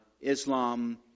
Islam